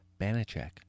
banachek